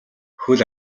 хөл